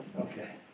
Okay